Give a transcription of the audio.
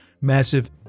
massive